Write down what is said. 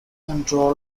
control